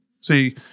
See